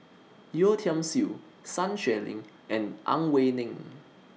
Yeo Tiam Siew Sun Xueling and Ang Wei Neng